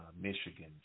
Michigan